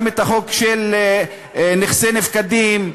וגם החוק של נכסי נפקדים.